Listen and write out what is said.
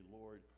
Lord